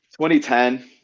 2010